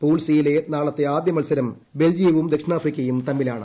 pool സിയിലെ നാളത്തെ ആദ്യമത്സരം ബൽജിയവും ദക്ഷിണാഫ്രിക്കയും തമ്മിലാണ്